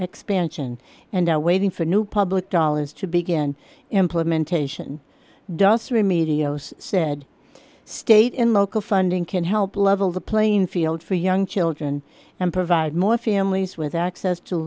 expansion and are waiting for new public dollars to begin implementation dos remedios said state in local funding can help level the playing field for young children and provide more families with access to